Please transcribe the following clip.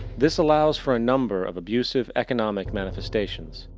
this allows for a number of abusive economic manifestations,